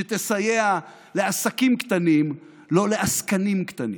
שתסייע לעסקים קטנים, לא לעסקנים קטנים.